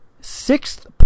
sixth